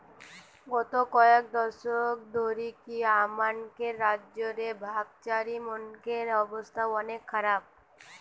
গত কয়েক দশক ধরিকি আমানকের রাজ্য রে ভাগচাষীমনকের অবস্থা অনেক খারাপ